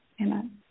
amen